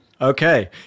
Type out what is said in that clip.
Okay